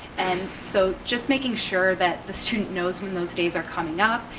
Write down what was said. and so just making sure that the student knows when those days are coming up,